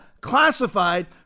classified